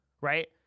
right